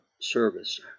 service